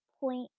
point